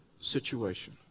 situation